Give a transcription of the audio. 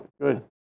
Good